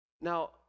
Now